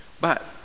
But